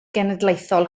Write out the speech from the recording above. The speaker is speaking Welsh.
genedlaethol